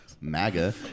MAGA